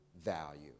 value